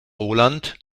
roland